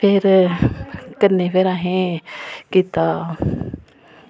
ते फिर कन्नै असें कीता